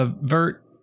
Vert